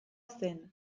zen